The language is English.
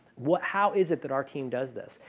what how is it that our team does this?